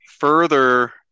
Further